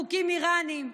חוקים איראניים,